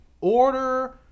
order